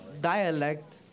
dialect